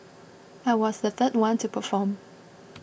I was the third one to perform